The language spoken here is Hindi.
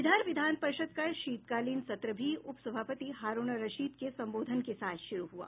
इधर विधान परिषद का शीतकालीन सत्र भी उपसभापति हारूण रशीद के संबोधन के साथ श्रू हुआ